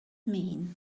mean